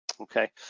Okay